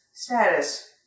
Status